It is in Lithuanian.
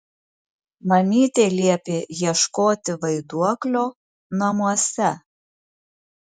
mamytė liepė ieškoti vaiduoklio namuose